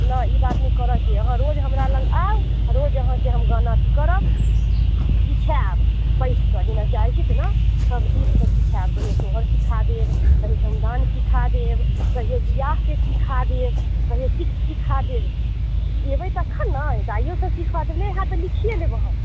नहि ई बात नहि करऽ के यऽ अहाँ रोज हमरा लग आउ आ रोज अहाँके हम गाना अथी करब सीखायब बैसके जेना गाबैत छी तेना सब गीत सब सीखायब कहियो सोहर सीखा देब कहियो समदाउन सीखा देब कहियो बियाहके सीखा देब कहियो किछु सीखा देब अयबै तखन ने दाइयोसँ सीखब नहि होयत तऽ लिखिए लेब अहाँ